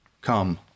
come